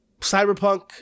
Cyberpunk